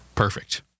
Perfect